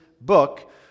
book